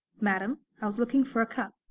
madam, i was looking for a cup.